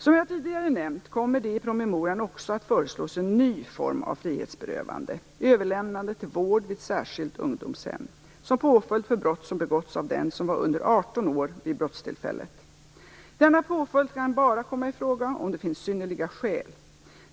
Som jag tidigare nämnt kommer det i promemorian också att föreslås en ny form av frihetsberövande, överlämnande till vård vid särskilt ungdomshem, som påföljd för brott som begåtts av den som var under 18 år vid brottstillfället. Denna påföljd kan bara komma i fråga om det finns synnerliga skäl.